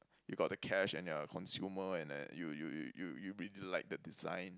you got the cash and you're a consumer and then you you you you you really like the design